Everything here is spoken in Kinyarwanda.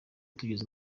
tugeze